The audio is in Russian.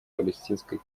палестинской